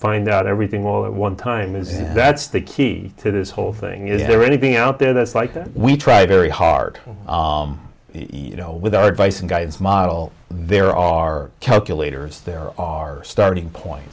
find out everything all at one time is that's the key to this whole thing is there anything out there that's like that we try very hard you know with our advice and guidance model there are calculators there are starting